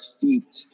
feet